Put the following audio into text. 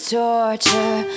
torture